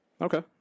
Okay